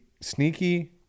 sneaky